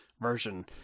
version